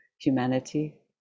humanity